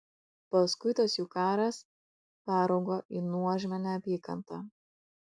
paskui tas jų karas peraugo į nuožmią neapykantą